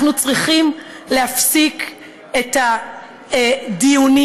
אנחנו צריכים להפסיק את הדיונים,